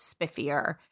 spiffier